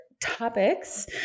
topics